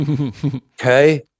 Okay